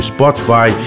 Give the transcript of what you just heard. Spotify